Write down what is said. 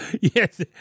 Yes